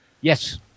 Yes